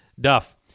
Duff